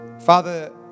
Father